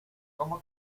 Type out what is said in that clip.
cómo